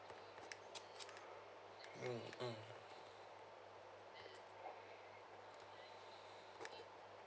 mm